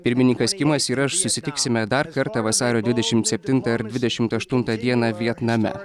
pirmininkas kimas ir aš susitiksime dar kartą vasario dvidešimt septintą ir dvidešimt aštuntą dieną vietname